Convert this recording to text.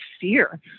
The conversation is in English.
fear